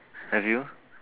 have you